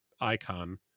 icon